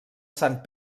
sant